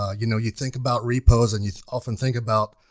ah you know you think about repos and you often think about